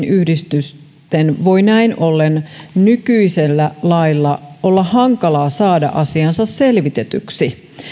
yhdistysten voi näin ollen nykyisellä lailla olla hankalaa saada asiansa selvitetyksi